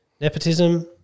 nepotism